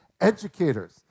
educators